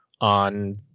on